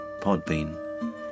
Podbean